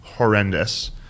Horrendous